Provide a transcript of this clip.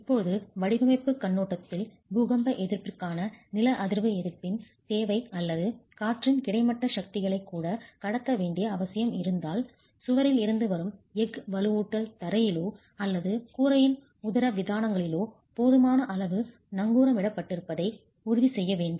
இப்போது வடிவமைப்புக் கண்ணோட்டத்தில் பூகம்ப எதிர்ப்பிற்கான நில அதிர்வு எதிர்ப்பின் தேவை அல்லது காற்றின் கிடைமட்ட சக்திகளைக் கூட கடத்த வேண்டிய அவசியம் இருந்தால் சுவரில் இருந்து வரும் எஃகு வலுவூட்டல் தரையிலோ அல்லது கூரையின் உதரவிதானங்களிலோ போதுமான அளவு நங்கூரமிடப்பட்டிருப்பதை உறுதி செய்ய வேண்டும்